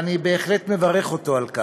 ואני בהחלט מברך אותו על כך,